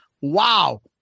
Wow